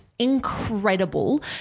incredible